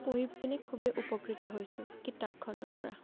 পঢ়ি পিনে খুবেই উপকৃত হৈছোঁ কিতাপখনৰ পৰা